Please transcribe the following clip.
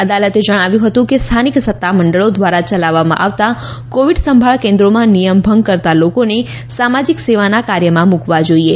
અદાલતે જણાવ્યું હતું કે સ્થાનિક સત્તામંડળો દ્વારા ચલાવવામાં આવતા કોવિડ સંભાળ કેન્દ્રોમાં નિયમ ભંગ કરતાં લોકોને સામાજિક સેવાના કાર્યમાં મૂકવા જોઈએ